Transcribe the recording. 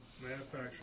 manufacturing